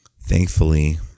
thankfully